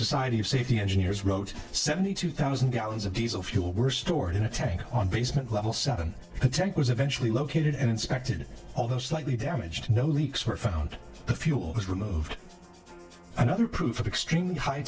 society of safety engineers wrote seventy two thousand gallons of diesel fuel were stored in a tank on basement level seven attempt was eventually located and inspected although slightly damaged no leaks were found the fuel was removed another proof of extremely high